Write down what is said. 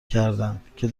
کردندکه